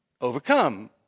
overcome